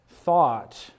thought